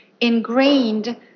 ingrained